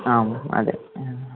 ಹಾಂ ಅದೆ ಹಾಂ